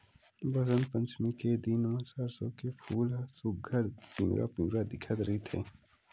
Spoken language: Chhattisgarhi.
बसंत पचमी के दिन म सरसो के फूल ह सुग्घर पिवरा पिवरा दिखत रहिथे